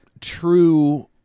True